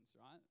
right